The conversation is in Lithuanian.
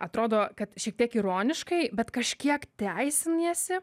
atrodo kad šiek tiek ironiškai bet kažkiek teisiniesi